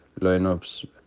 lineups